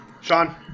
Sean